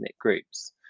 groups